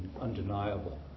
undeniable